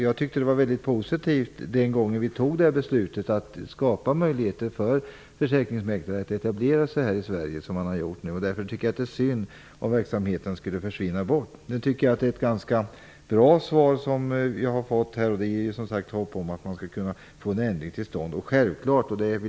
Jag tyckte att det var positivt att vi fattade beslutet om att skapa möjligheter för försäkringsmäklare att etablera sig i Sverige. Det vore därför synd om verksamheten skulle försvinna. Det är alltså ett ganska bra svar som jag har fått, och det ger hopp om att en ändring kan komma till stånd.